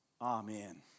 amen